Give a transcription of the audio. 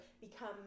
become